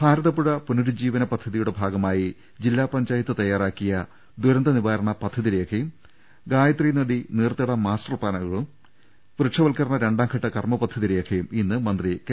ഭാരതപുഴ പുനരുജ്ജീവന പദ്ധതിയുടെ ഭാഗമായി ജില്ലാ പഞ്ചാ യത്ത് തയാറാക്കിയ ദുരന്ത നിവാരണ പദ്ധതി രേഖയും ഗായത്രീ നദി നീർത്തട മാസ്റ്റർ പ്ലാനുകളും വൃക്ഷവൽക്കരണ രണ്ടാംഘട്ട കർമ്മപദ്ധതി രേഖയും ഇന്ന് മന്ത്രി കെ